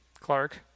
Clark